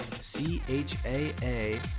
c-h-a-a